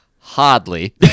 hardly